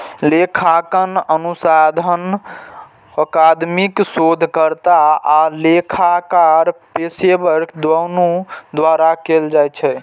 लेखांकन अनुसंधान अकादमिक शोधकर्ता आ लेखाकार पेशेवर, दुनू द्वारा कैल जाइ छै